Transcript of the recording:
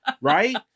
right